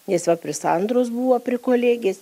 nes va prie sandros buvo prie kolegės